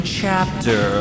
chapter